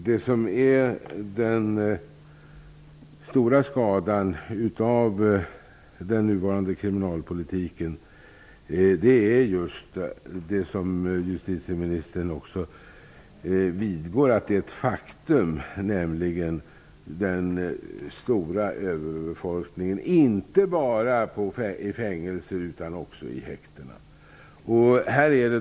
Herr talman! Den stora skadan av den nuvarande kriminalpolitiken är just, vilket justitieministern också vidgår ett faktum, den stora överbeläggningen inte bara i fängelser utan också i häktena.